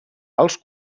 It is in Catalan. als